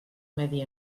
medi